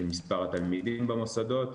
של מספר התלמידים במוסדות